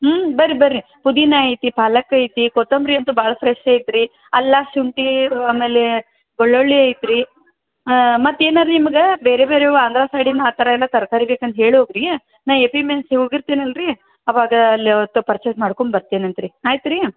ಹ್ಞೂ ಬನ್ರಿ ಬನ್ರಿ ಪುದೀನ ಐತಿ ಪಾಲಕ್ ಐತಿ ಕೊತ್ತಂಬರಿ ಅಂತೂ ಭಾಳ ಫ್ರೆಶ್ ಐತೆ ರೀ ಅಲ್ಲ ಶುಂಠಿ ಆಮೇಲೆ ಬೆಳ್ಳುಳ್ಳಿ ಐತೆ ರೀ ಮತ್ತೆ ಏನಾರೂ ನಿಮ್ಗೆ ಬೇರೆ ಬೇರೆವು ಆಂಧ್ರ ಸೈಡಿಂದು ಆ ಥರ ಎಲ್ಲ ತರಕಾರಿ ಬೇಕಂದ್ರ್ ಹೇಳಿ ಹೋಗಿರಿ ನಾನು A P M N C ಹೋಗಿರ್ತೀನಲ್ವ ರೀ ಅವಾಗ ಅಲ್ಲಿ ಅವ್ರ ಹತ್ರ ಪರ್ಚೆಸ್ ಮಾಡ್ಕೊಂಬರ್ತೀನಂತೆ ರೀ ಆಯ್ತಾ ರೀ